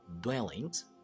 dwellings